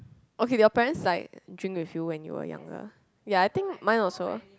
okay did your parents like drink with you when you were younger ya I think mine also